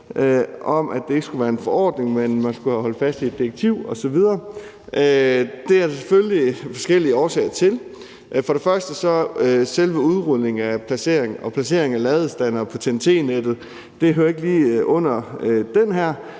om, at det ikke skulle være en forordning, men at man skulle have holdt fast i et direktiv osv. Det er der selvfølgelig forskellige årsager til at det er. Først og fremmest hører selve udrulningen og placeringen af ladestandere på TEN-T-vejnettet ikke lige under det her,